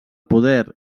poder